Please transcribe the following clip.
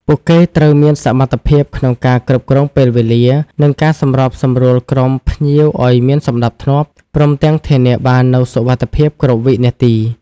ពួកគេត្រូវមានសមត្ថភាពក្នុងការគ្រប់គ្រងពេលវេលា និងការសម្របសម្រួលក្រុមភ្ញៀវឱ្យមានសណ្តាប់ធ្នាប់ ព្រមទាំងធានាបាននូវសុវត្ថិភាពគ្រប់វិនាទី។